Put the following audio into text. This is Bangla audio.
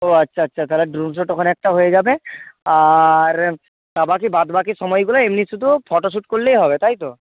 ও আচ্ছা আচ্ছা তাহলে ড্রোন শ্যুট ওখানে একটা হয়ে যাবে আর বাকি বাদ বাকি সময়গুলো এমনি শুধু ও ফটো শ্যুট করলেই হবে তাই তো